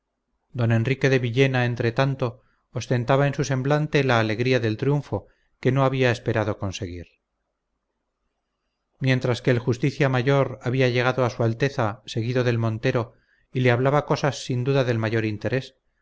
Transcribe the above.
don enrique de villena entretanto ostentaba en su semblante la alegría del triunfo que no había esperado conseguir mientras que el justicia mayor había llegado a su alteza seguido del montero y le hablaba cosas sin duda del mayor interés